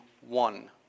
one